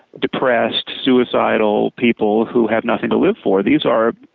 depressed, suicidal people who have nothing to live for. these are